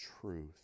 truth